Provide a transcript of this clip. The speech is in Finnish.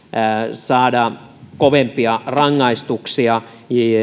saada kovempia rangaistuksia